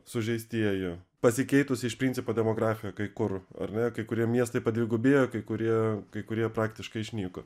sužeistieji pasikeitusi iš principo demografija kai kur ar ne kai kurie miestai padvigubėjo kai kurie kai kurie praktiškai išnyko